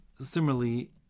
Similarly